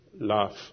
laugh